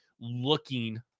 looking